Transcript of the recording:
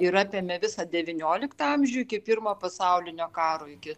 ir apėmė visą devynioliktą amžių iki pirmo pasaulinio karo iki